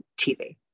TV